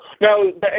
No